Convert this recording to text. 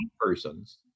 person's